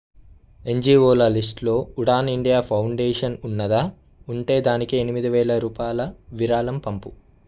ఎన్జీఓల లిస్ట్లో Udaan India Foundation ఉన్నదా ఉంటే దానికి ఎనిమిదివేల రూపాయల విరాళం పంపు